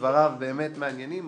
דבריו באמת מעניינים,